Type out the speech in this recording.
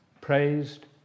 praised